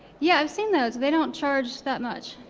yeah, i've seen those, they don't charge that much.